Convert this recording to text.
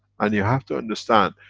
and you have to understand,